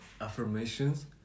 affirmations